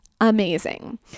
amazing